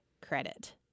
credit